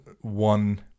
one